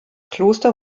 kloster